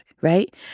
Right